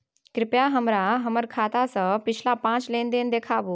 कृपया हमरा हमर खाता से पिछला पांच लेन देन देखाबु